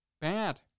Bad